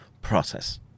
process